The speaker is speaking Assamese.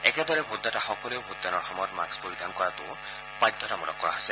একেদৰে ভোটদাতাসকলেও ভোটদানৰ সময়ত মাস্ক পৰিধান কৰাটো বাধ্যতামূলক কৰা হৈছে